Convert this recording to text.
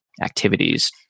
activities